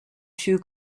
two